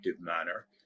manner